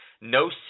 No